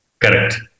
Correct